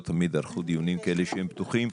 לא תמיד ערכו דיונים כאלה שהם פתוחים,